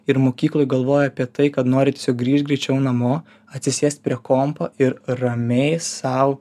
ir mokykloj galvoja apie tai kad nori tiesiog grįžt greičiau namo atsisėst prie kompo ir ramiai sau